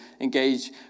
engage